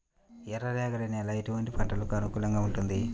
ఎర్ర రేగడి నేల ఎటువంటి పంటలకు అనుకూలంగా ఉంటుంది?